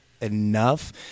enough